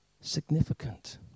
significant